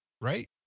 right